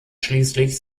schließlich